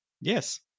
Yes